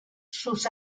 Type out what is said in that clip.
sus